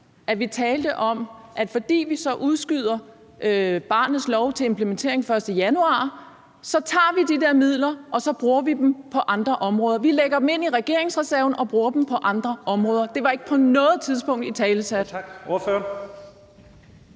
her, altså at fordi vi så udskyder barnets lov til implementering den 1. januar, tager vi de der midler, og så bruger vi dem på andre områder; vi lægger dem ind i regeringsreserven og bruger dem på andre områder. Det var ikke på noget tidspunkt italesat. Kl.